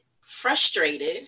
frustrated